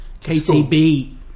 KTB